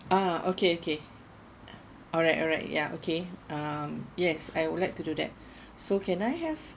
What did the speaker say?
ah okay okay alright alright yeah okay um yes I would like to do that so can I have